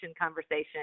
conversation